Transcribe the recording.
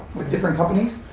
with different companies,